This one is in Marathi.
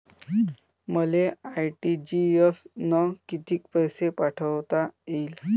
मले आर.टी.जी.एस न कितीक पैसे पाठवता येईन?